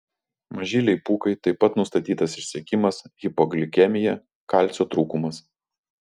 mažylei pūkai taip pat nustatytas išsekimas hipoglikemija kalcio trūkumas